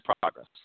progress